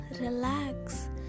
relax